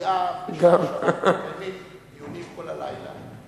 במליאה בשעה שמתקיימים דיונים כל הלילה.